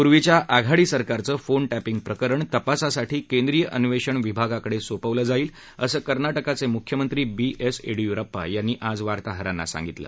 पूर्वीच्या आघाडी सरकारचं फोन टॅपिंग प्रकरण तपासासाठी केंद्रीय अन्वेषण विभागाकडे सोपवले जाईल असं कर्नाटकचे मुख्यमंत्री बी एस येडियुरप्पा यांनी आज वार्ताहरांना सांगितलं